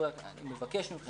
אני מבקש מכם